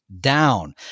down